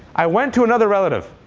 i went to another relative,